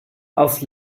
aus